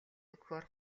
өгөхөөр